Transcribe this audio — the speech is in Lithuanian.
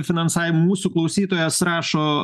finansavimu mūsų klausytojas rašo